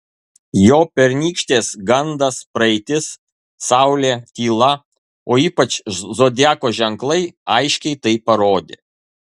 jo pernykštės gandas praeitis saulė tyla o ypač zodiako ženklai aiškiai tai parodė